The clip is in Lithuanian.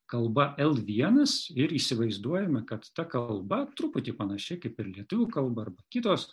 kalba el vienas ir įsivaizduojame kad ta kalba truputį panaši kaip ir lietuvių kalba arba kitos